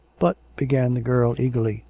but began the girl eagerly.